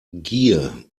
gier